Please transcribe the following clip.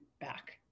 back